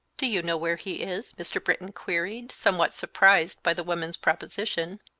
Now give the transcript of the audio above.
do you know where he is? mr. britton queried, somewhat surprised by the woman's proposition.